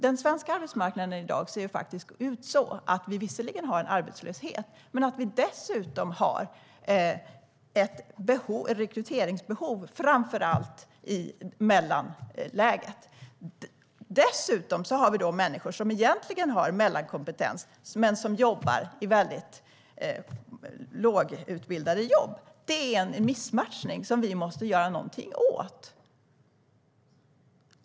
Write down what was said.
Den svenska arbetsmarknaden i dag ser faktiskt ut så att vi visserligen har en arbetslöshet men att vi dessutom har ett rekryteringsbehov, framför allt i mellanläget. Dessutom har vi människor som egentligen har mellankompetens men som har jobb där det räcker med väldigt låg utbildning. Det är en missmatchning som vi måste göra någonting åt.